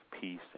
peace